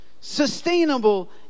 Sustainable